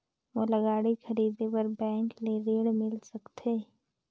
मोला गाड़ी खरीदे बार बैंक ले ऋण मिल सकथे?